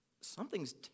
something's